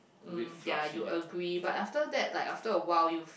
um ya you agree but after that like after a while you feel